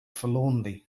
forlornly